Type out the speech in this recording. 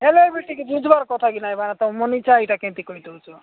ହେଲେ ବି ଟିକେ ବୁଝିବାର କଥା କି ନାଇ ଭାଇନା ତୁମେ ମନଇଛା ଏଇଟା କେମିତି କହିଦେଉଛ